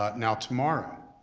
but now tomorrow,